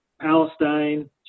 Palestine